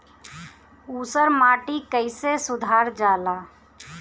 ऊसर माटी कईसे सुधार जाला?